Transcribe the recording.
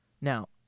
Now